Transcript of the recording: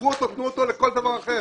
קחו אותו ותנו אותו לכל דבר אחר.